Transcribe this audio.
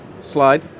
slide